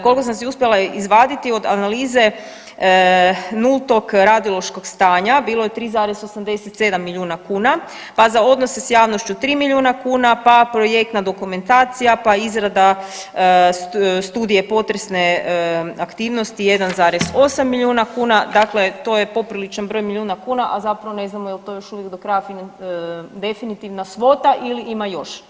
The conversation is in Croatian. Koliko sam si uspjela izvaditi od analize nultog radiološkog stanja bilo je 3,87 milijuna kuna, pa za odnose s javnošću 3 milijuna kuna, pa projektna dokumentacija pa izrada studije potresne aktivnosti 1,8 milijuna kuna, dakle to je popriličan broj milijuna kuna, a zapravo ne znamo je li to još uvijek do kraja definitivna svota ili ima još?